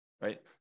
right